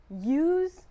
use